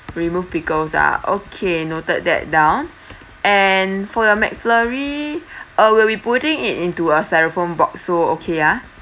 remove pickles ah okay noted that down and for your mcflurry uh we will putting it into a styrofoam box so okay ah